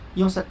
yung